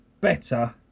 better